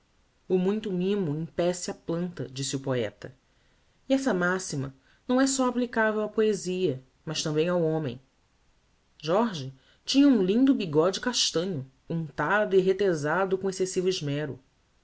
o muito mimo empece a planta disse o poeta e esta maxima não é só applicavel à poesia mas tambem ao homem jorge tinha um lindo bigode castanho untado e retesado com excessivo esmero